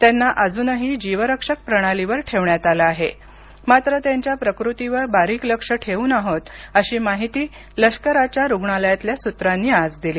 त्यांना अजूनही जीवरक्षक प्रणालीवर ठेवण्यात आलं आहे मात्र त्यांच्या प्रकृतीवर बारीक लक्ष ठेवून आहोत अशी माहिती लष्कराच्या रुग्णालयातल्या सूत्रांनी आज दिली